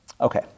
Okay